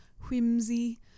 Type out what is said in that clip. Whimsy